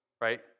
right